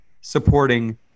supporting